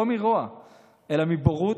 לא מרוע אלא מבורות,